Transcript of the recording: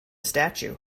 statue